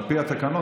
על פי התקנון,